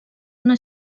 una